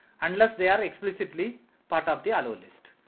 unless they are explicitly part of the allow list.